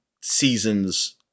seasons